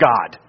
God